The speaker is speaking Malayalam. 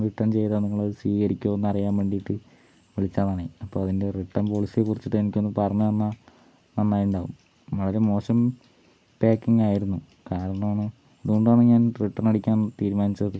റിട്ടേൺ ചെയ്താൽ നിങ്ങളത് സ്വീകരിക്കുമോ എന്നറിയാൻ വേണ്ടീട്ട് വിളിച്ചതാണേ അപ്പോൾ അതിൻ്റെ റിട്ടേൺ പോളിസിയെ കുറിച്ചിട്ട് എനിക്കൊന്നു പറഞ്ഞു തന്നാ നന്നായിണ്ടാവും വളരെ മോശം പാക്കിംഗ് ആയിരുന്നു കാരണം അതുകൊണ്ടാണ് ഞാൻ റിട്ടണടിക്കാൻ തീരുമാനിച്ചത്